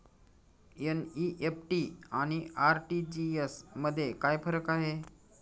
NEFT आणि RTGS मध्ये काय फरक आहे?